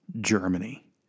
Germany